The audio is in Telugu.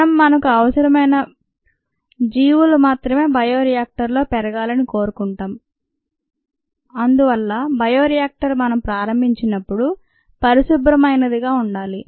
మనం మనకు అవసరమైన బయో ులు మాత్రమే బయో రియాక్టరులో పెరగాలని కోరుకుంటాం అందువల్ల బయోరియాక్టర్ మనం ప్రారంభించినప్పుడు పరిశుభ్రమైనదిగా ఉండాలి